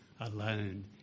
alone